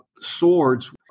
swords